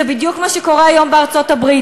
זה בדיוק מה שקורה היום בארצות-הברית,